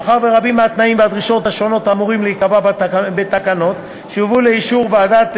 מאחר שרבים מהתנאים והדרישות אמורים להיקבע בתקנות שיובאו לאישור ועדת